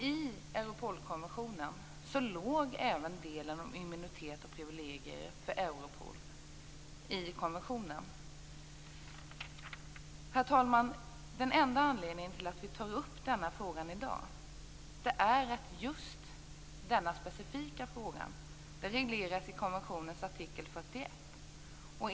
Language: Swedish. I Europolkonventionen låg även detta om immunitet och privilegier för Europol. Det låg i konventionen. Herr talman! Den enda anledningen till att vi tar upp denna fråga i dag, är att just denna specifika fråga regleras i konventionens artikel 41.